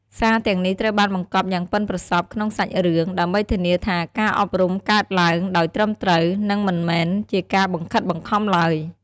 សារទាំងនេះត្រូវបានបង្កប់យ៉ាងប៉ិនប្រសប់ក្នុងសាច់រឿង ដើម្បីធានាថាការអប់រំកើតឡើងដោយត្រឹមត្រូវ និងមិនមែនជាការបង្ខិតបង្ខំឡើយ។